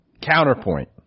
counterpoint